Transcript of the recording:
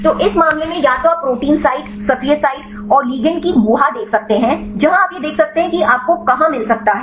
तो इस मामले में या तो आप प्रोटीन साइट सक्रिय साइट और लिगंड की गुहा देख सकते हैं जहां आप यह देख सकते हैं कि यह आपको कहां मिल सकता है